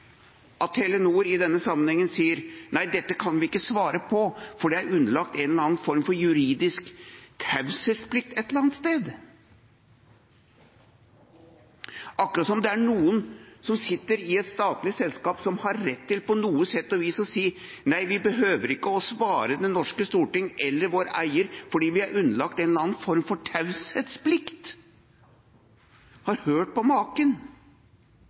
at Telenor i denne sammenhengen sier: Nei, dette kan vi ikke svare på, for det er underlagt en eller annen form for juridisk taushetsplikt et eller annet sted. Akkurat som om det er noen som sitter i et statlig selskap som har rett til på noe sett og vis å si: Nei, vi behøver ikke svare Det norske storting eller vår eier, fordi vi er underlagt en eller annen form for taushetsplikt – hørt på maken!